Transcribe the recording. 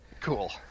Cool